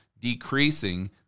decreasing